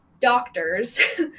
doctors